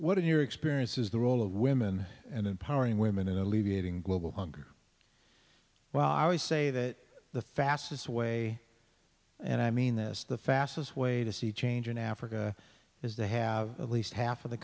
what in your experience is the role of women and empowering women in alleviating global hunger well i always say that the fastest way and i mean this the fastest way to see change in africa is the have at least half of the